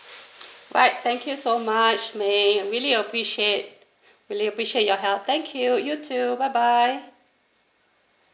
alright thank you so much may I really appreciate really appreciate your help thank you you too bye bye